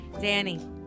Danny